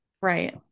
Right